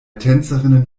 tänzerinnen